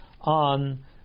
on